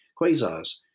quasars